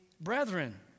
Brethren